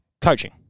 Coaching